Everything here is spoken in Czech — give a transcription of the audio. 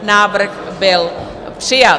Návrh byl přijat.